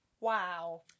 Wow